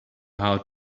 how